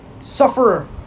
sufferer